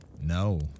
no